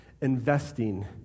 investing